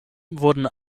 wurden